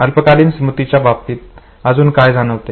अल्पकालीन स्मृतीच्या बाबतीत अजून काय जाणवते